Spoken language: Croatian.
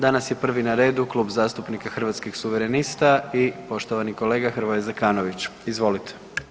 Danas je prvi na redu Klub zastupnika Hrvatskih suverenista i poštovani kolega Hrvoje Zekanović, izvolite.